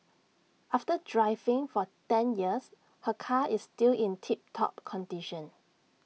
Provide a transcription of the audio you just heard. after driving for ten years her car is still in tip top condition